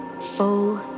full